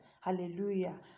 Hallelujah